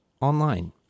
online